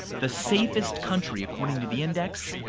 the safest country, according to the index,